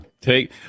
Take